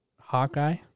Hawkeye